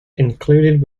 included